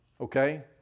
Okay